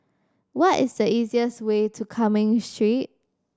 what is the easiest way to Cumming Street